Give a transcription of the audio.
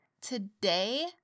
Today